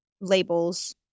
labels